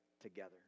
together